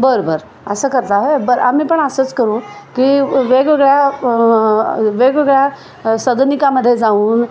बरं बरं असं करता होय बरं आम्ही पण असंच करू की वेगवेगळ्या वेगवेगळ्या सदनिकामध्ये जाऊन